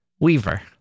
Weaver